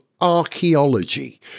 archaeology